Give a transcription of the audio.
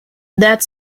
that